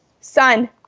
Son